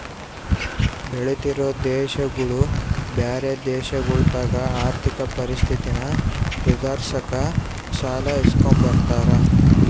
ಬೆಳಿತಿರೋ ದೇಶಗುಳು ಬ್ಯಾರೆ ದೇಶಗುಳತಾಕ ಆರ್ಥಿಕ ಪರಿಸ್ಥಿತಿನ ಸುಧಾರ್ಸಾಕ ಸಾಲ ಇಸ್ಕಂಬ್ತಾರ